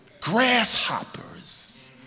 grasshoppers